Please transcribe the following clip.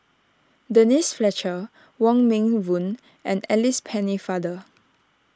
Denise Fletcher Wong Meng Voon and Alice Pennefather